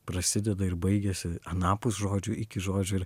prasideda ir baigiasi anapus žodžių iki žodžių ir